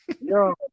yo